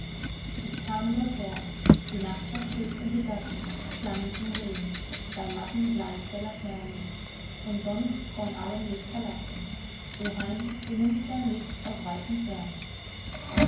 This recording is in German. ich kam dorther die nacht war trüb und die gassen klangen vom regen beim matten glanz der laternen und sonst von allem licht verlassen o hain du nimmst dein licht aus weiten fernen